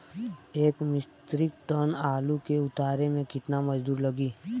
एक metric ton आलू के उतारे मे कितना मजदूर लागि?